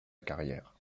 carrière